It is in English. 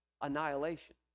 annihilation